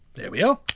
there we are.